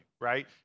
right